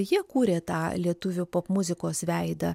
jie kūrė tą lietuvių popmuzikos veidą